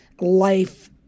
life